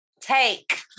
take